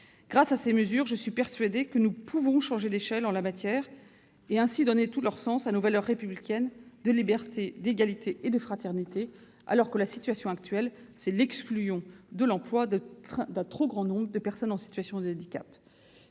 Grâce à ces mesures, je suis persuadée que nous pouvons changer d'échelle en la matière et donner ainsi tout leur sens à nos valeurs républicaines de liberté, d'égalité et de fraternité, alors que la situation actuelle tend à exclure de l'emploi un trop grand nombre de personnes en situation de handicap